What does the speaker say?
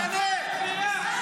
תתבייש.